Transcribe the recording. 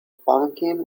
pumpkin